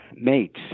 mates